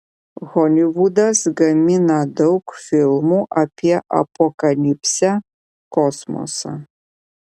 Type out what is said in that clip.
holivudas gamina daug filmų apie apokalipsę kosmosą